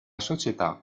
società